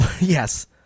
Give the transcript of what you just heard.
Yes